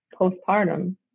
postpartum